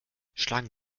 schlagen